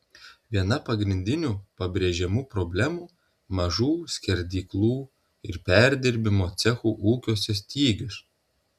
viena pagrindinių pabrėžiamų problemų mažų skerdyklų ir perdirbimo cechų ūkiuose stygius